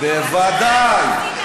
בוודאי.